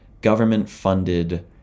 government-funded